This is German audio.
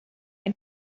ein